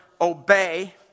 obey